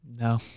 No